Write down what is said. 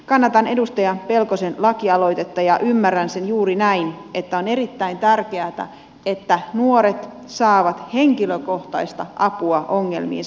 kannatan edustaja pelkosen lakialoitetta ja ymmärrän sen juuri näin että on erittäin tärkeätä että nuoret saavat henkilökohtaista apua ongelmiinsa